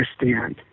understand